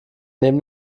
neben